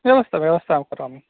व्यवस्थां व्यवस्थां अहं करोमि